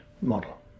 model